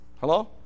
hello